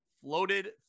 floated